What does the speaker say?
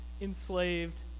enslaved